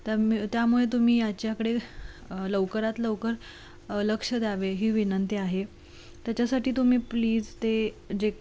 त्या त्यामुळे तुम्ही याच्याकडे लवकरात लवकर लक्ष द्यावे ही विनंती आहे त्याच्यासाठी तुम्ही प्लीज ते जे